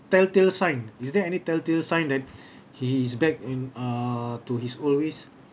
telltale sign is there any telltale sign that he is back in err to his old ways